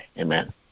Amen